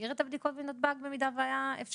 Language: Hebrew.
להשאיר את הבדיקות בנתב"ג אם היה אפשר?